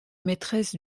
maîtresse